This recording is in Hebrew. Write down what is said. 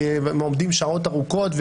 הם עומדים שעות ארוכות.